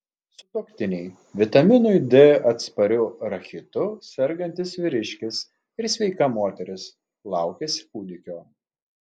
sutuoktiniai vitaminui d atspariu rachitu sergantis vyriškis ir sveika moteris laukiasi kūdikio